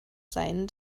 sein